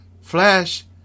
Flash